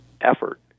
effort